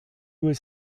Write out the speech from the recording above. was